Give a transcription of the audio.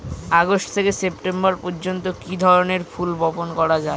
August থেকে September পর্যন্ত কি ধরনের ফুল বপন করা যায়?